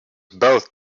both